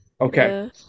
okay